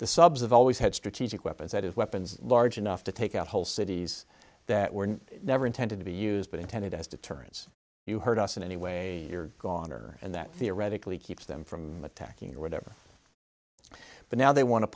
the subs have always had strategic weapons that have weapons large enough to take out a whole cities that were never intended to be used but intended as deterrence you heard us in any way gone or and that theoretically keeps them from attacking or whatever but now they want to